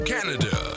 Canada